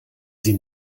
sie